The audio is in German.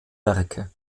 werke